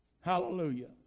Hallelujah